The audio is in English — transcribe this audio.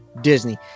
disney